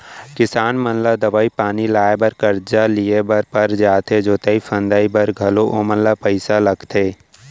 किसान मन ला दवई पानी लाए बर करजा लिए बर पर जाथे जोतई फंदई बर घलौ ओमन ल पइसा लगथे